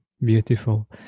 beautiful